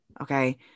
Okay